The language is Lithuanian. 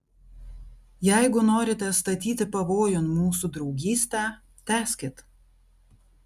jeigu norite statyti pavojun mūsų draugystę tęskit